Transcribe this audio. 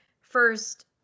first